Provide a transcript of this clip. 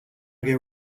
get